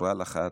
בקורל אחת,